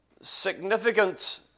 significant